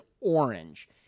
orange